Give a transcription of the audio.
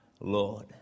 Lord